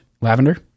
lavender